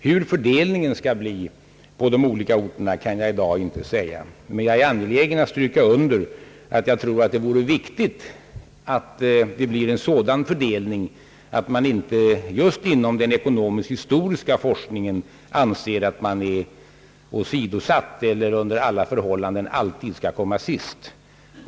Hur fördelningen skall bli på de olika orterna kan jag för dagen inte säga, men jag är angelägen att stryka under att jag finner det viktigt att fördelningen blir sådan att man inte just inom den ekonomisk-historiska forskningen anser att man är åsidosatt eller under alla förhållanden alltid skall komma sist.